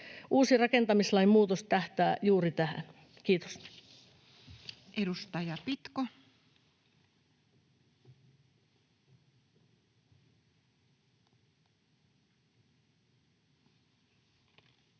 Uusi rakentamislain muutos tähtää juuri tähän. — Kiitos. Edustaja Pitko. Arvoisa